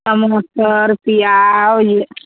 मटर पिआज